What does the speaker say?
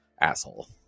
asshole